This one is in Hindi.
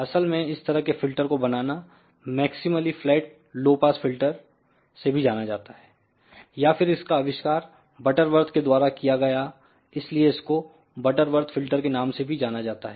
असल में इस तरह के फिल्टर को बनाना मैक्सिमलीफ्लैट लो पास फिल्टर से भी जाना जाता हैया फिर इसका आविष्कार बटरवर्थ के द्वाराकिया गया इसलिए इसको बटरवर्थ फिल्टर के नाम से भी जाना जाता है